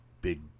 big